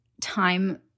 time